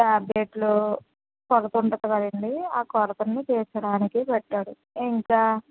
టాబ్లెట్లు పడుతుంది కదా అండి ఆ కడుతుంది తీర్చడానికి గట్ట ఇంకా